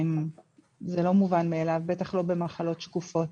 זה לא מובן מאליו, בטח לא במחלות שקופות.